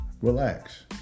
relax